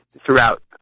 throughout